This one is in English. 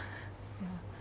ya